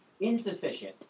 insufficient